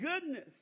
goodness